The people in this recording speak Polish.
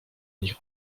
nich